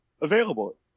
available